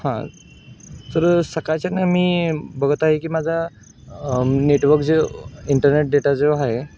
हां सर सकाळच्यानं मी बघत आहे की माझा नेटवर्क जे इंटरनेट डेटा जो आहे